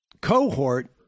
cohort